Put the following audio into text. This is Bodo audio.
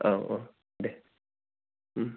औ औ दे उम